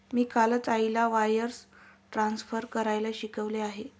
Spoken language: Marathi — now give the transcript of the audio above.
मी कालच आईला वायर्स ट्रान्सफर करायला शिकवले आहे